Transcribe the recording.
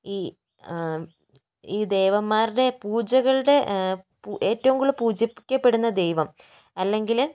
ഈ ഈ ദേവന്മാരുടെ പൂജകളുടെ ഏറ്റവും കൂടുതൽ പൂജിക്കപെടുന്ന ദൈവം അല്ലെങ്കില്